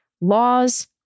laws